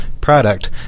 product